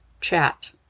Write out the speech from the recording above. chat